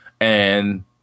And-